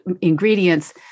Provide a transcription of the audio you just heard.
ingredients